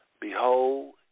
behold